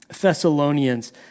Thessalonians